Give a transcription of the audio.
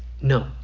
no